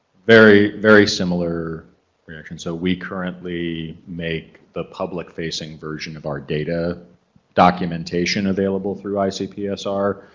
very very similar reaction. so we currently make the public facing version of our data documentation available through icpsr.